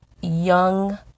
young